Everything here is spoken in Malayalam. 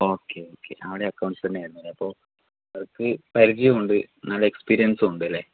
ഒക്കെ ഒക്കെ അവിടേയും അക്കൗണ്ട്സ് തന്നെയാരുന്നുല്ലേ അപ്പോൾ വർക്ക് പരിചയമുണ്ട് നല്ല എക്സ്സ്പീരിയൻസുമുണ്ടല്ലേ